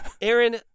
Aaron